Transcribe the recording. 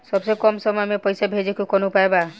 सबसे कम समय मे पैसा भेजे के कौन उपाय बा?